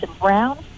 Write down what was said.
brown